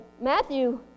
Matthew